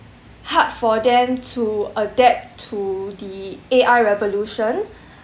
hard for them to adapt to the A_I revolution